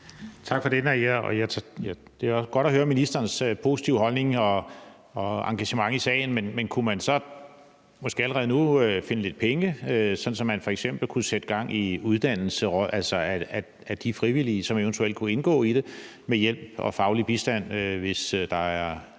Tak for det. Det er godt at høre ministerens positive holdning til og engagement i sagen, men kunne man så måske allerede nu finde lidt penge, sådan at man f.eks. kunne sætte gang i uddannelse af de frivillige, som eventuelt kunne indgå i det med hjælp og faglig bistand, hvis der er